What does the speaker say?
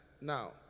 Now